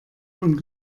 und